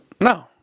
No